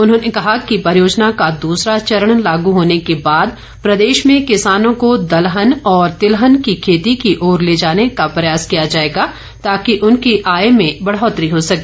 उन्होंने कहा कि परियोजना का दूसरा चरण लागू होने के बाद प्रदेश में किसानों को दलहन और तिलहन की खेती की ओर ले जाने का प्रयास किया जाएगा तांकि उनकी आय में बढ़ोतरी हो सके